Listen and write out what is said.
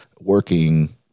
working